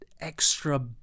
extra